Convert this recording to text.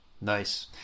Nice